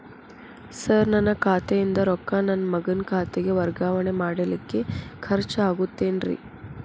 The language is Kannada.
ಸರ್ ನನ್ನ ಖಾತೆಯಿಂದ ರೊಕ್ಕ ನನ್ನ ಮಗನ ಖಾತೆಗೆ ವರ್ಗಾವಣೆ ಮಾಡಲಿಕ್ಕೆ ಖರ್ಚ್ ಆಗುತ್ತೇನ್ರಿ?